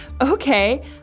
okay